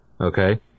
Okay